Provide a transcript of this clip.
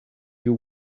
you